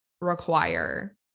require